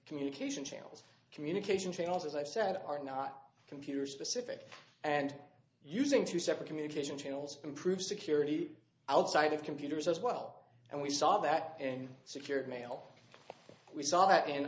communication channels communication channels as i said are not computer specific and using three separate communication channels improve security outside of computers as well and we saw that in secured mail we saw that